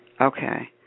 Okay